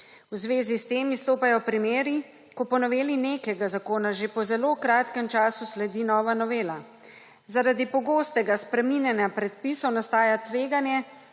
V zvezi s tem izstopajo primeri, ko po noveli nekega zakona že po zelo kratkem času sledi nova novela. Zaradi pogostega spreminjanja predpisov nastaja tveganje,